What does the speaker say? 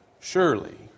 surely